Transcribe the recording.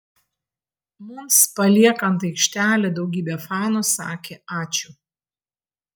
mums paliekant aikštelę daugybė fanų sakė ačiū